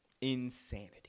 Insanity